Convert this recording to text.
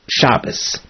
Shabbos